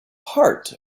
part